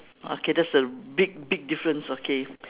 okay that's a big big difference okay